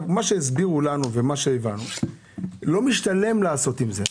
מה שהסבירו לנו, לא משתלם לעשות עם זה.